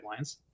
guidelines